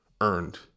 earned